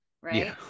right